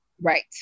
Right